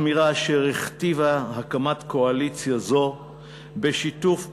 אמירה אשר הכתיבה הקמת קואליציה זו בשיתוף,